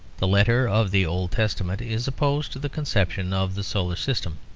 the letter of the old testament is opposed to the conception of the solar system,